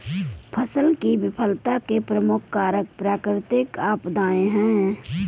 फसल की विफलता के प्रमुख कारक प्राकृतिक आपदाएं हैं